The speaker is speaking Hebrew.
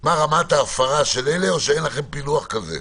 מה רמת ההפרה של אלה, או אין לכם פילוח כזה?